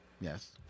yes